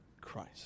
Christ